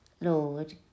Lord